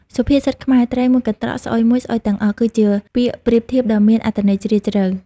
សុភាសិតខ្មែរ ត្រីមួយកន្រ្តក ស្អុយមួយស្អុយទាំងអស់ គឺជាពាក្យប្រៀបធៀបដ៏មានអត្ថន័យជ្រាលជ្រៅ។